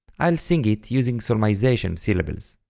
i'll sing it using solmization syllables.